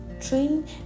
Train